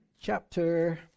chapter